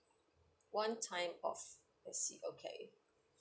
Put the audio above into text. one time off I see okay